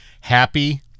happy